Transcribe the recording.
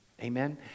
Amen